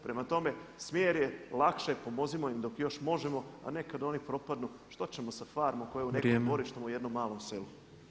Prema tome, smjer je lakše, pomozimo im dok još možemo, a ne kad oni propadnu što ćemo sa farmom koja je u [[Upadica predsjednik: Vrijeme.]] nekom dvorištu u jednom malom selu.